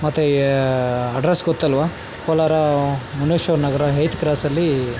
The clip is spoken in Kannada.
ಮತ್ತೆ ಅಡ್ರಸ್ ಗೊತ್ತಲ್ವ ಕೋಲಾರ ಮುನೇಶ್ವರ ನಗರ ಏಯ್ತ್ ಕ್ರಾಸಲ್ಲಿ